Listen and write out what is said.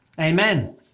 Amen